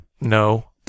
No